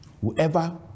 Whoever